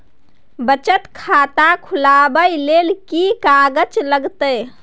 बचत खाता खुलैबै ले कि की कागज लागतै?